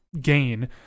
gain